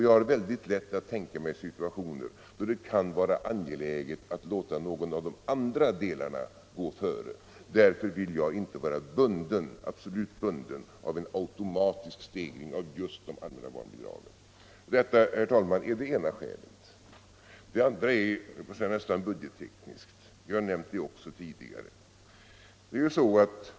Jag har lätt att tänka mig situationer då det kan vara angeläget att låta någon av de andra delarna gå före. Därför vill jag inte vara absolut bunden av en automatisk stegring av just det allmänna barnbidraget. Detta, herr talman, är det ena skälet. Det andra är nästan budgettekniskt betingat, och vi har också nämnt det tidigare.